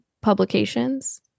publications